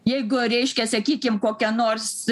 jeigu reiškia sakykim kokia nors